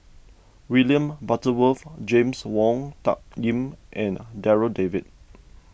William Butterworth James Wong Tuck Yim and Darryl David